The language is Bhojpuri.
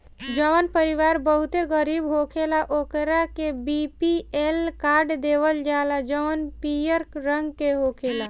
जवन परिवार बहुते गरीब होखेला ओकरा के बी.पी.एल कार्ड देवल जाला जवन पियर रंग के होखेला